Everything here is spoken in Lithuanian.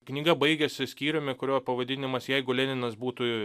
knyga baigiasi skyriumi kurio pavadinimas jeigu leninas būtų